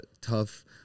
tough